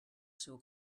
seu